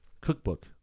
cookbook